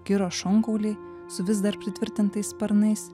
kiro šonkauliai su vis dar pritvirtintais sparnais